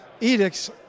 edicts